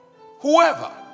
whoever